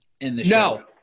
No